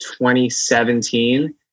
2017